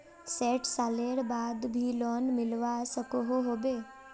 सैट सालेर बाद भी लोन मिलवा सकोहो होबे?